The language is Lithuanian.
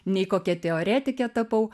nei kokia teoretikė tapau